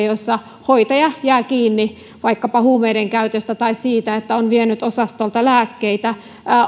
että hoitaja jää kiinni vaikkapa huumeidenkäytöstä tai siitä että on vienyt osastolta lääkkeitä